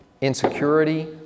insecurity